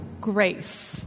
grace